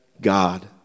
God